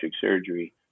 surgery